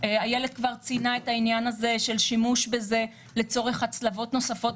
איילת כבר ציינה את העניין של שימוש בזה לצורך הצלבות נוספות,